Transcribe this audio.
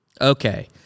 Okay